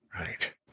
Right